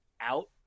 out